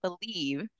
believe